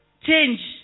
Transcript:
Change